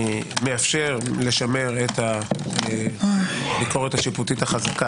מאפשר לשמר את הביקורת השיפוטית החזקה